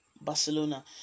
Barcelona